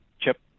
chip